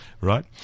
right